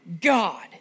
God